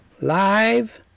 Live